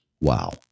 wow